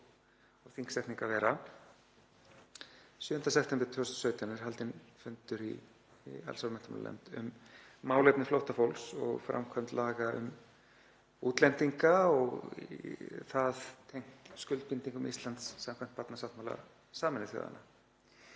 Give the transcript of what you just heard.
og þingsetning að vera, 7. september 2017 er haldinn fundur í allsherjar- og menntamálanefnd um málefni flóttafólks og framkvæmd laga um útlendinga og það tengt skuldbindingum Íslands samkvæmt barnasáttmála Sameinuðu þjóðanna.